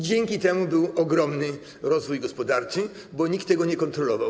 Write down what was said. Dzięki temu był ogromny rozwój gospodarczy, bo nikt tego nie kontrolował.